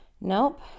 nope